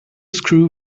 screw